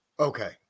Okay